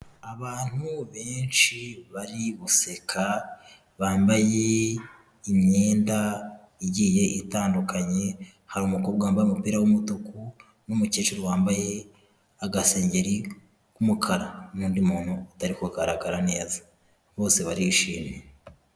Abantu benshi bari guseka, bambaye imyenda igiye itandukanye, hari umukobwa wambaye umupira w'umutuku n'umukecuru wambaye agasengeri k'umukara n'undi muntu utari kugaragara neza, bose barishimye.